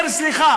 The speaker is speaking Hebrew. בא ואומר סליחה.